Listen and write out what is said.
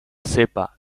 cepa